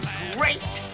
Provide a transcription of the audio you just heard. great